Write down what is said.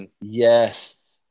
Yes